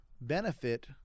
benefit